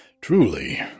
Truly